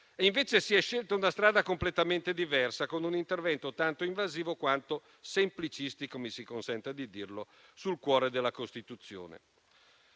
Invece, si è scelta una strada completamente diversa, con un intervento tanto invasivo quanto semplicistico - mi si consenta di dirlo - sul cuore della Costituzione.